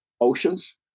oceans